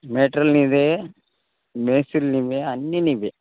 material నీదే మేస్త్రీ నువ్వే అన్నీ నువ్వే